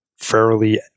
fairly